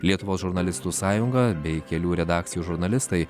lietuvos žurnalistų sąjunga bei kelių redakcijų žurnalistai